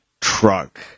truck